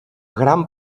gran